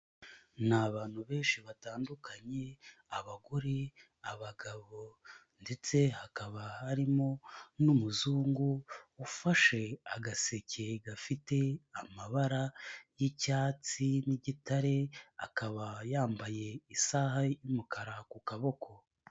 Ni abantu benshi batandukanye, abagore, abagabo ndetse hakaba harimo n'umuzungu, ufashe agaseke gafite amabara y'icyatsi, n'igitare, akaba yambaye isaha y'umukara ku kaboko.